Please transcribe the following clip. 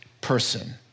person